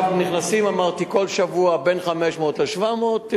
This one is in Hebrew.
נכנסים, אמרתי, כל שבוע בין 500 ל-700.